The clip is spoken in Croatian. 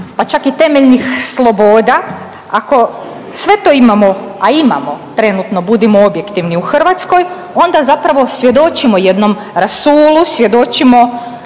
pa čak i temeljnih sloboda, ako sve to imamo, a imamo trenutno budimo objektivni u Hrvatskoj onda zapravo svjedočimo jednom rasulu, svjedočimo